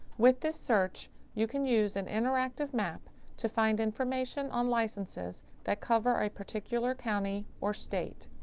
with this search you can use an interactive map to find information on licenses that cover a particular county or state.